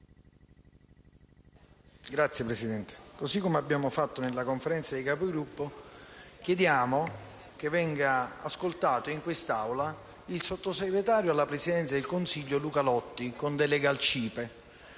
Signor Presidente, così come abbiamo fatto in Conferenza dei Capigruppo, chiediamo che venga ascoltato in quest'Aula il sottosegretario alla Presidenza del Consiglio dei ministri Luca Lotti, con delega al CIPE.